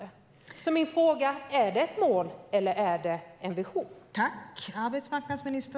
Min fråga är därför: Är det ett mål eller är det en vision?